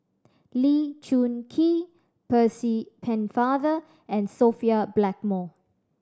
Lee Choon Kee Percy Pennefather and Sophia Blackmore